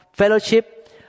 Fellowship